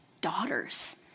daughters